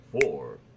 four